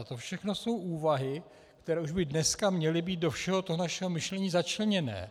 To všechno jsou úvahy, které by už dneska měly být do všeho toho našeho myšlení začleněné.